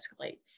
escalate